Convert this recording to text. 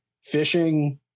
fishing